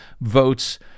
votes